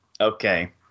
Okay